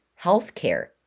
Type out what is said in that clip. Healthcare